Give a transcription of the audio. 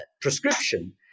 prescription